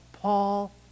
Paul